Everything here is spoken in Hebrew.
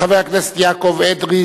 חבר הכנסת יעקב אדרי,